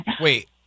Wait